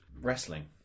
wrestling